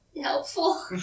helpful